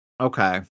Okay